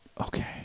okay